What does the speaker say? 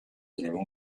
éléments